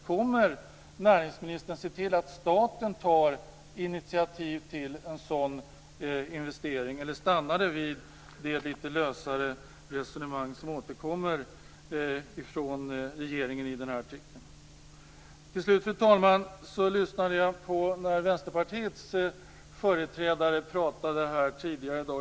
Kommer näringsministern att se till att staten tar initiativ till en sådan investering, eller stannar det vid det lite lösare resonemang som återkommer från regeringen i denna artikel? Till slut, fru talman, lyssnade jag när Vänsterpartiets företrädare talade här tidigare i dag.